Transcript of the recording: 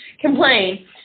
complain